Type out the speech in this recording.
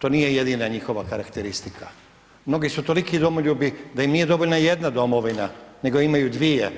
To nije jedina njihova karakteristika, mnogi su toliki domoljubi da im nije dovoljna jedna domovina nego imaju dvije,